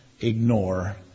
ignore